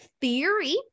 Theory